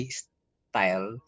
style